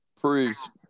proves